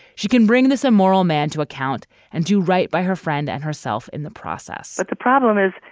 she can bring this a moral man to account and do right by her friend and herself in the process but the problem is,